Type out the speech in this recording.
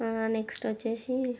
next వచ్చి